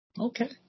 Okay